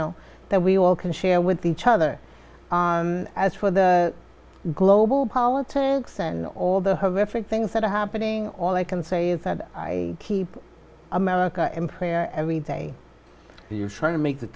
know that we all can share with each other as for the global politics and all the different things that are happening all i can say is that i keep america in prayer every day you're trying to make the